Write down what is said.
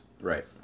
Right